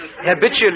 Habitually